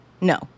No